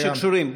בנושאים שקשורים,